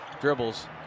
dribbles